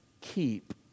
keep